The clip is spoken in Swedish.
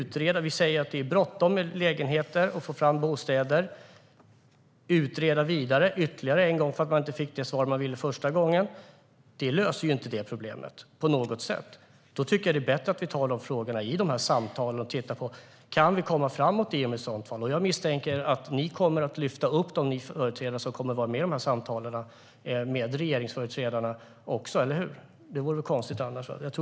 Vi säger att det är bråttom med lägenheter och att få fram bostäder. Att utreda vidare ytterligare en gång för att man inte fick det svar man ville första gången löser inte det problemet på något sätt. Då tycker jag att det är bättre att vi tar de frågorna i samtalen och tittar på om vi kan komma framåt. Jag misstänker att ni företrädare som kommer att vara med i samtalen med regeringsföreträdarna kommer att lyfta upp dem, eller hur? Det vore väl konstigt annars.